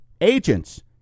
agents